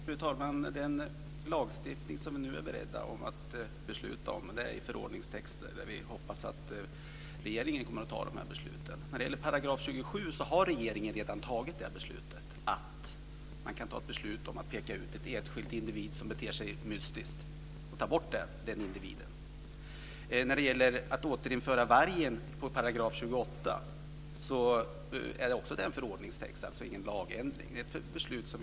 Fru talman! Den lagstiftning som vi nu är beredda att besluta om utgörs av förordningstext, och vi hoppas att regeringen kommer att ta beslut om den. Vad gäller 27 § har regeringen redan beslutat att man kan peka ut en enskild individ som beter sig mystiskt och ta bort den. Också när det gäller 28 § om vargens återinförande är det fråga om förordningstext, alltså inte om någon lagändring.